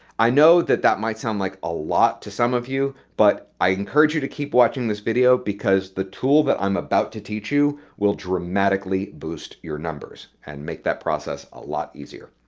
i know that that might sound like a lot to some of you, but i encourage you to keep watching this video because the tool that i'm about to teach you will dramatically boost your numbers and make that process a lot easier.